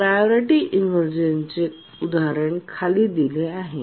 priority इनव्हर्जनचे उदाहरण खाली दिले आहे